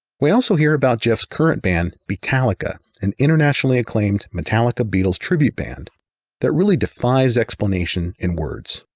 we also hear about jeff's current band beatallica, an internationally acclaimed metallica-beatles tribute band that really defies explanation in words.